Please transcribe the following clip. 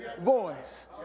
voice